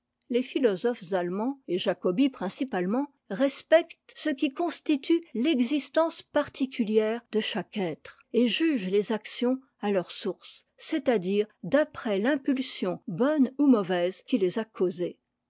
les philosophes allemands et jacobi principalement respectent ce qui constitue l'existence particulière de chaque être et jugent les actions à leur source c'est-à-dire d'après l'impulsion bonne ou mauvaise qui les a causées